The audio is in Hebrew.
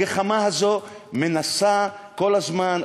הגחמה הזאת מנסה כל הזמן,